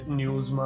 news